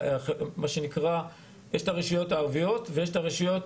יש את הרשויות הערביות ויש את הרשויות